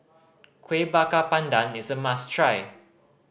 Kuih Bakar Pandan is a must try